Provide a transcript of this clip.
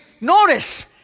Notice